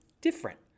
different